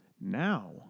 Now